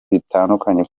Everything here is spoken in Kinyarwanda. bitandukanye